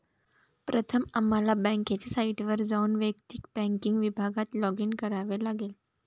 प्रथम आम्हाला बँकेच्या साइटवर जाऊन वैयक्तिक बँकिंग विभागात लॉगिन करावे लागेल